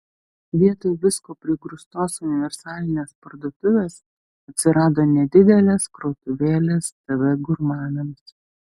vietoj visko prigrūstos universalinės parduotuvės atsirado nedidelės krautuvėlės tv gurmanams